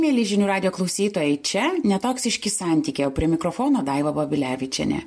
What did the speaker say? mieli žinių radijo klausytojai čia netoksiški santykiai o prie mikrofono daiva babilevičienė